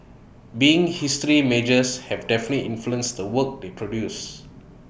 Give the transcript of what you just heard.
being history majors have definitely influenced the work they produce